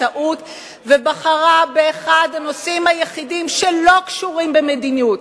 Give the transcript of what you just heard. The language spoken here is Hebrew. טעות ובחרה באחד הנושאים היחידים שלא קשורים במדיניות.